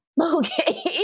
Okay